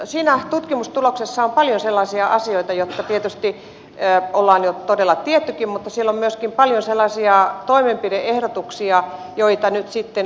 siinä tutkimustuloksessa on paljon sellaisia asioita jotka tietysti ollaan jo todella tiedettykin mutta siellä on myöskin paljon sellaisia toimenpide ehdotuksia joita nyt sitten arvioidaan